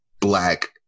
black